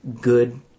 good